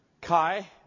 Kai